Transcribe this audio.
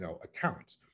account